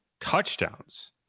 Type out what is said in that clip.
touchdowns